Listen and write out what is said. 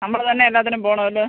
നമ്മൾ തന്നെ എല്ലാത്തിനും പോണവല്ലേ